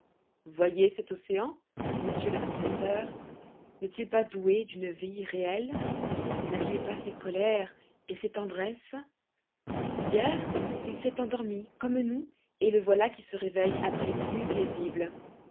voyez cet océan monsieur le professeur n'est-il pas doué d'une vie réelle n'a-t-il pas ses colères et ses tendresses hier il s'est endormi comme nous et le voilà qui se réveille après une nuit paisible